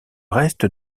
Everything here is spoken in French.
reste